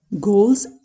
goals